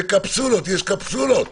בקפסולות יש קפסולות.